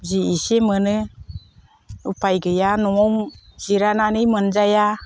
जि इसे मोनो उफाय गैया न'आव जिरायनानै मोनजाया